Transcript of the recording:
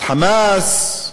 "חמאס",